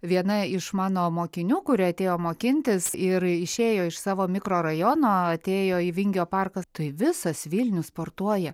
viena iš mano mokinių kuri atėjo mokintis ir išėjo iš savo mikrorajono atėjo į vingio parką tai visas vilnius sportuoja